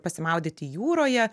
pasimaudyti jūroje